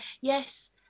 Yes